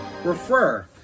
Refer